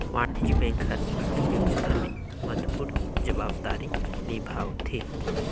वाणिज्य बेंक हर अर्थबेवस्था में महत्वपूर्न जवाबदारी निभावथें